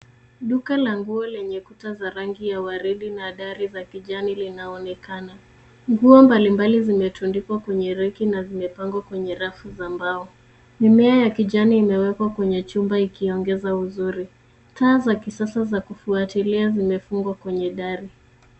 Duka la nguo lenye kuta za rangi ya waridi na dari za kijani linaonekana. Nguo mbalimbali zimetundikwa kwenye raki na vimepangwa kwenye rafu za mbao. Mimea ya kijani imewekwa kwenye chumba ikiongeza uzuri. Taa za kisasa za kufuatilia zimefungwa kwenye dari.